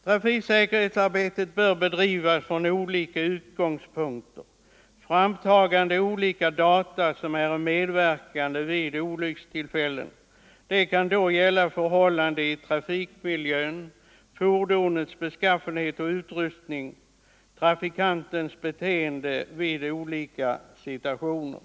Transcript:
Trafiksäkerhetsarbetet bör bedrivas från olika utgångspunkter och med framtagande av olika data som är medverkande vid olyckstillfället — det kan gälla förhållanden i trafikmiljön, fordonets beskaffenhet och utrustning samt trafikantens beteende i olika situationer.